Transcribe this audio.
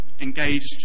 engaged